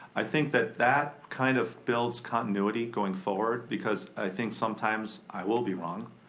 i think that that kind of builds continuity going forward because i think sometimes i will be wrong,